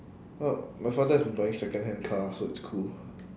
uh my father has been buying secondhand car so it's cool